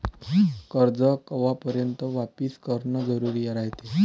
कर्ज कवापर्यंत वापिस करन जरुरी रायते?